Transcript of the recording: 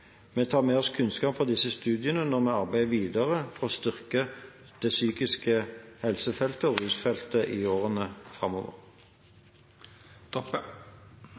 Vi tar med oss kunnskap fra disse studiene når vi arbeider videre for å styrke psykisk helse-feltet og rusfeltet i årene